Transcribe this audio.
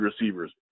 receivers